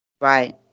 Right